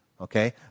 okay